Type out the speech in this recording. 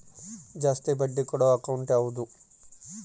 ಜಾಸ್ತಿ ಬಡ್ಡಿ ಕೊಡೋ ಅಕೌಂಟ್ ಯಾವುದು?